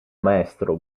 maestro